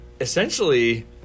essentially